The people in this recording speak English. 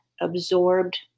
absorbed